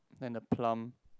and the plant